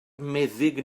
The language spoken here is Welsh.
meddyg